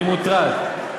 אני מוטרד.